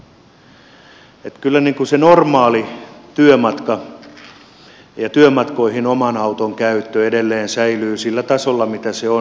kyllä se normaali työmatka ja työmatkoihin oman auton käyttö edelleen säilyvät sillä tasolla mitä se on